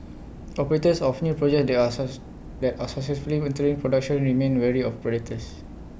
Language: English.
operators of new projects that are they are successfully entering production remain wary of predators